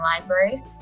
Library